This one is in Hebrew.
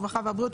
הרווחה והבריאות.